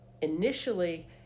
initially